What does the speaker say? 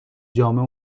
جامع